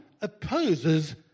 opposes